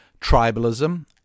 Tribalism